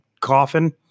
coffin